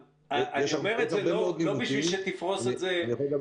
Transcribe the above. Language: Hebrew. אני אומר את זה לא בשביל שתפרוס את עכשיו.